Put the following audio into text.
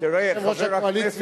יושב-ראש הקואליציה.